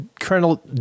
Colonel